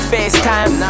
Facetime